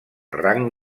rang